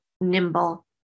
nimble